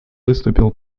выступил